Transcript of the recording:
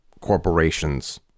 corporations